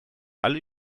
alle